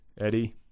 Eddie